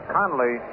Conley